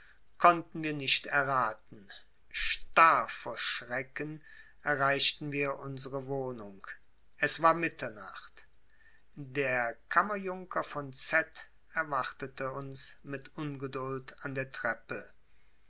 konnten wir nicht erraten starr von schrecken erreichten wir unsere wohnung es war nach mitternacht der kammerjunker von z erwartete uns mit ungeduld an der treppe